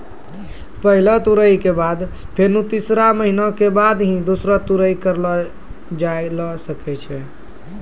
पहलो तुड़ाई के बाद फेनू तीन महीना के बाद ही दूसरो तुड़ाई करलो जाय ल सकै छो